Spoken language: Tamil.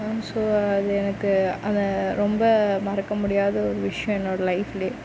ஸோ அது எனக்கு அதை ரொம்ப மறக்க முடியாத ஒரு விஷயம் என்னோடய லைஃப்பில்